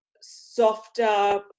softer